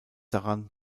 daran